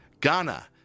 Ghana